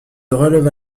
releva